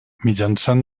mitjançant